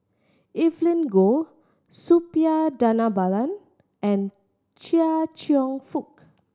Evelyn Goh Suppiah Dhanabalan and Chia Cheong Fook